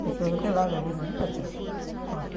வைக்கிறதுக்கு எல்லாம் ரெடி பண்ணி வச்சுருப்போம்